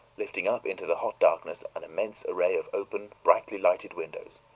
lifting up into the hot darkness an immense array of open, brightly lighted windows.